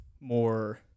more